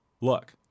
Look